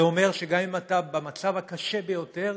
זה אומר שגם אם אתה במצב הקשה ביותר,